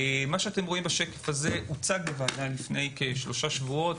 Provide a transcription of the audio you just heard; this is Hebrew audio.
השקף הבא הוצג לוועדה לפני כשלושה שבועות,